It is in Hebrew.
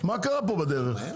מה קרה פה בדרך?